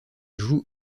joue